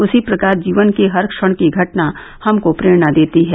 उसी प्रकार जीवन के हर क्षण की घटना हमको प्रेरणा देती है